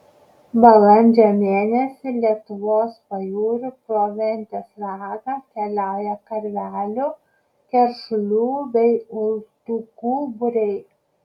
balandžio mėnesį lietuvos pajūriu pro ventės ragą keliauja karvelių keršulių bei uldukų būriai